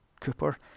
Cooper